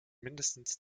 mindestens